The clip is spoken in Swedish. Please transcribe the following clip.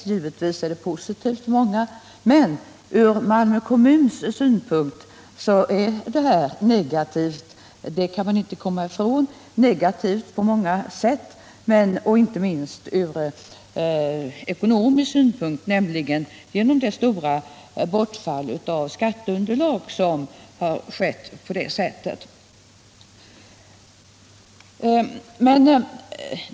Naturligtvis kan den vara positiv för många, men man kan inte komma ifrån att den från Malmö kommuns synpunkt är negativ på många sätt, inte minst ekonomiskt genom det stora bortfall av skatteunderlag som därigenom skett.